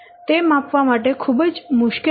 તે માપવા માટે ખૂબ જ મુશ્કેલ છે